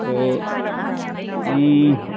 थह आं